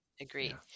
agreed